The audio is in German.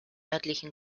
örtlichen